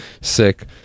sick